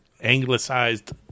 anglicized